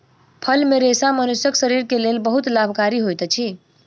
फल मे रेशा मनुष्यक शरीर के लेल बहुत लाभकारी होइत अछि